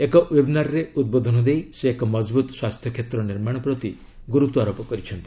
ଏକ ଓ୍ବେବନାରରେ ଉଦ୍ବୋଧନ ଦେଇ ସେ ଏକ ମଜବୁତ ସ୍ୱାସ୍ଥ୍ୟକ୍ଷେତ୍ର ନିର୍ମାଣ ପ୍ରତି ଗୁରୁତ୍ୱାରୋପ କରିଛନ୍ତି